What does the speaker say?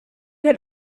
had